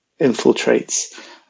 infiltrates